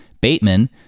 Bateman